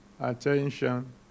attention